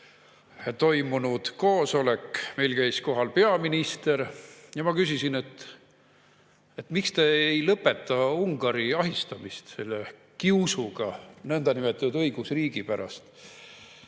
toimunud koosolek. Meil käis kohal peaminister. Seal ma küsisin: "Miks te ei lõpeta Ungari ahistamist selle kiusuga nõndanimetatud õigusriigi pärast?